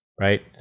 Right